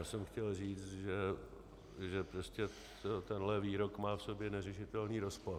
Já jsem chtěl říct, že prostě tenhle výrok má v sobě neřešitelný rozpor.